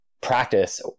practice